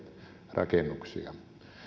rakennuksia